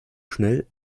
schnell